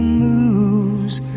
moves